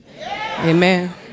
Amen